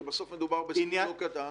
כי מדובר בסכום לא קטן.